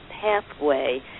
pathway